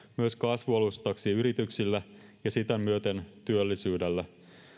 myös kasvualustaksi yrityksille ja sitä myöten työllisyydelle